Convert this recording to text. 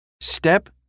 Step